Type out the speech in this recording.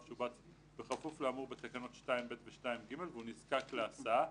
שובץ בכפוף לאמור בתקנות 2(ב) ו-2(ג) והוא נזקק להסעה,